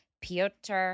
Piotr